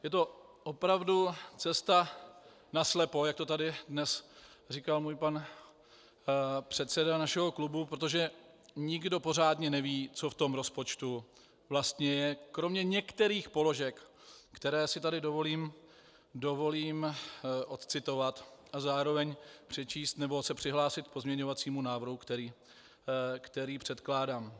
Je to opravdu cesta naslepo, jak to tady dnes říkal pan předseda našeho klubu, protože nikdo pořádně neví, co v tom rozpočtu vlastně je, kromě některých položek, které si tady dovolím odcitovat, a zároveň přečíst nebo se přihlásit k pozměňovacímu návrhu, který předkládám.